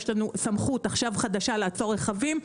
יש לנו סמכות עכשיו חדשה לעצור רכבים.